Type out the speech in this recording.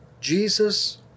Jesus